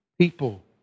people